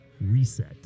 Reset